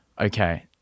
okay